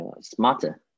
smarter